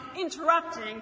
interrupting